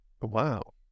Wow